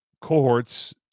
cohorts